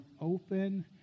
open